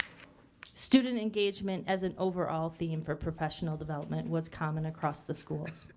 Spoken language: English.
student engagement as an overall theme for professional development was common across the schools.